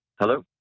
Hello